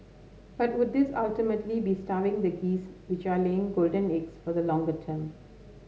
but would this ultimately be starving the geese which are laying golden eggs for the longer term